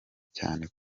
cyane